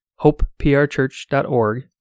hopeprchurch.org